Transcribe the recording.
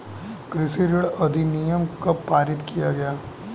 कृषि ऋण अधिनियम कब पारित किया गया?